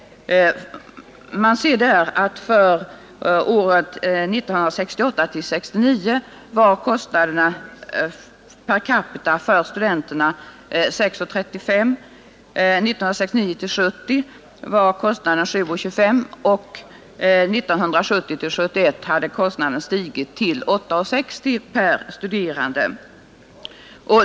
Studieåret 1968 70 var kostnaderna 7:25, och 1970/71 hade kostnaderna stigit till 8:60 kronor per studerande.